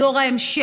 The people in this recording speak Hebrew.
את דור ההמשך,